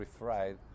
refried